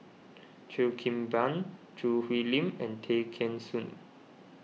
Cheo Kim Ban Choo Hwee Lim and Tay Kheng Soon